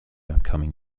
upcoming